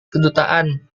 kedutaan